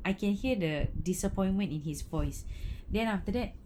I can hear the disappointment in his voice then after that